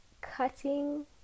cutting